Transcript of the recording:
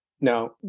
Now